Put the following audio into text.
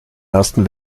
ersten